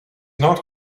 not